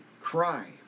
cry